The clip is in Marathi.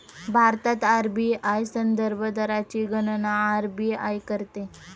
भारतात आर.बी.आय संदर्भ दरची गणना आर.बी.आय करते